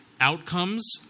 outcomes